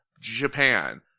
Japan